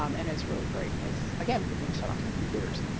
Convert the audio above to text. um and it's really great because, again, we can shut off the computers.